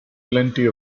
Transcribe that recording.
plenty